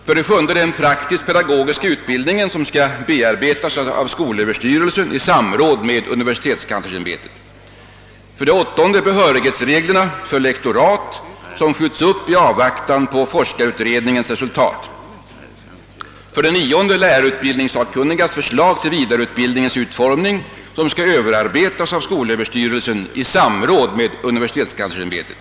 För det sjunde skall den praktiskt pedagogiska utbildningen bearbetas av skolöverstyrelsen i samråd med universitetskanslersämbetet. För det åttonde uppskjuts behörighetsreglerna för lektorat i avvaktan på forskarutredningens resultat. För det nionde skall lärarutbildningssakkunnigas förslag till vidareutbildningens utformning övertas av skolöverstyrelsen i samråd med universitetskanslersämbetet.